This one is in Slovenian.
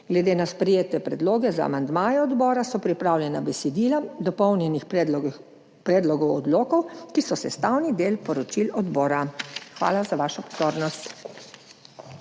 Glede na sprejete predloge za amandmaje odbora so pripravljena besedila dopolnjenih predlogov odlokov, ki so sestavni del poročil odbora. Hvala za vašo pozornost.